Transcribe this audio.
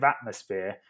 atmosphere